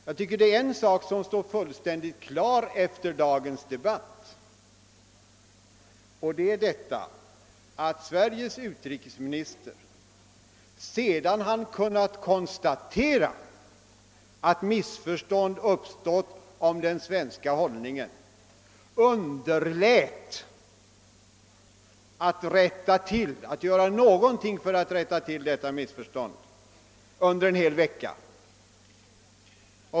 Jag tycker att en sak står fullständigt klar efter dagens debatt, nämligen att Sveriges utrikesminister, sedan han kunnat konstatera att missförstånd om den svenska hållningen uppstått, under en hel vecka underlät att göra någonting för att rätta till detta missförstånd.